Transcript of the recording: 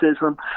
racism